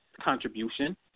contribution